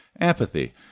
Apathy